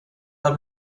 del